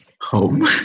home